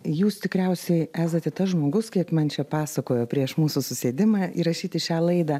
jūs tikriausiai esate tas žmogus kiek čia pasakojo prieš mūsų susėdimą įrašyti šią laidą